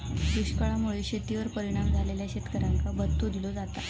दुष्काळा मुळे शेतीवर परिणाम झालेल्या शेतकऱ्यांका भत्तो दिलो जाता